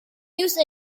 use